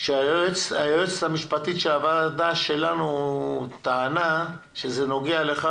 היועצת המשפטית של הוועדה שלנו טענה שזה נוגע לך.